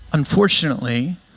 Unfortunately